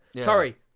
Sorry